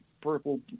purple